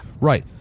Right